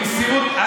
במסירות.